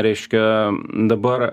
reiškia dabar